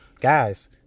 guys